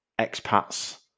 expats